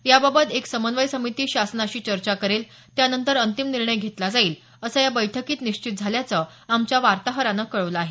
याबाबत एक समन्वय समिती शासनाशी चर्चा करेल त्यानंतर अंतिम निर्णय घेतला जाईल असं या बैठकीत निश्चित झाल्याचं आमच्या वार्ताहरान कळवलं आहे